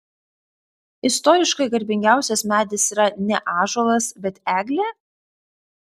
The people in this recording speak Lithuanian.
istoriškai garbingiausias medis yra ne ąžuolas bet eglė